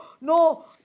no